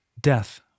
Death